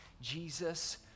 Jesus